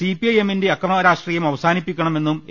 CP ഐഎമ്മിന്റെ അക്രമരാഷ്ട്രീയം അവസാനിപ്പിക്കണമെന്നും എ